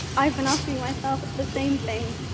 i've been asking myself the same thing.